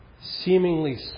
seemingly